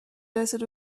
desert